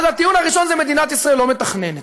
הטיעון הראשון זה: מדינת ישראל לא מתכננת.